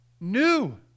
New